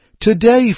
Today